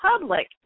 public